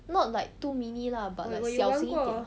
not like too mini lah but like 小型一点